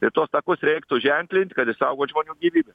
ir tuos takus reiktų ženklint kad išsaugot žmonių gyvybes